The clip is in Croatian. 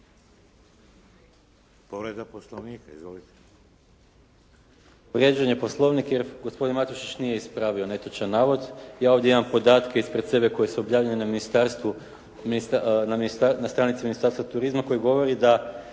Povreda Poslovnika. Izvolite.